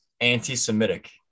Anti-Semitic